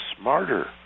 smarter